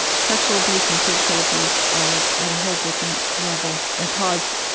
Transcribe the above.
sexual abuse and physical abuse are at a whole different level and cause,